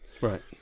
Right